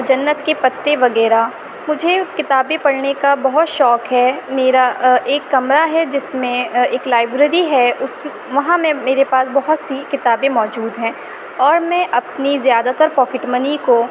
جنت کے پتے وغیرہ مجھے کتابیں پڑھنے کا بہت شوق ہے میرا ایک کمرہ ہے جس میں ایک لائبریری ہے اس وہاں میں میرے پاس بہت سی کتابیں موجود ہیں اور میں اپنی زیادہ تر پاکٹ منی کو